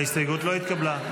ההסתייגות לא התקבלה.